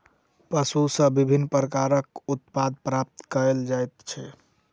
पशु सॅ विभिन्न प्रकारक उत्पाद प्राप्त कयल जाइत छै